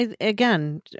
again